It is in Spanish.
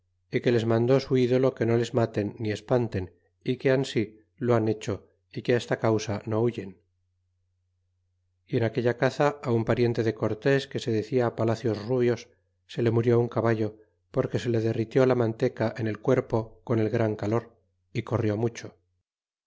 y que les mandó su idolo que no les maten ni espanten y que ansi lo han hecho y que esta causa no huyen y en aquella caza un pariente de cortes que se decia palacios rubios se le murió un caballo porque se le derritió la manteca en el cuerpo con el gran calor y corrió mucho